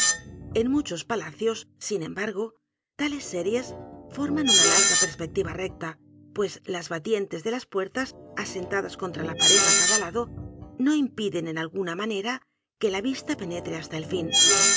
en muchos palacios sin embargo tales series forman una larga pers petiva recta pues las batientes de las p u e r t a s asentala mascara de la muerte s das c o n t r a la pared á cada lado no impiden en alguna manera que la vista penetre hasta el fin